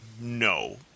No